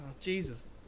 Jesus